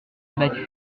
abattus